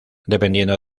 dependiendo